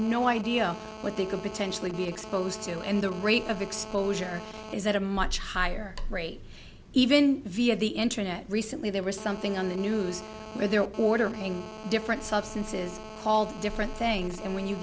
no idea what they could potentially be exposed to and the rate of exposure is at a much higher rate even via the internet recently there was something on the news where they're ordering different substances called different things and when you